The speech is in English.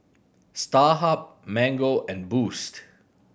Starhub Mango and Boost